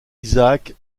isaac